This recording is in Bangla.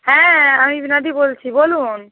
হ্যাঁ আমি বীণাদি বলছি বলুন